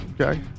Okay